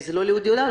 זה לא לאודי ליאון,